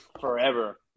forever